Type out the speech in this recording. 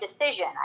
decision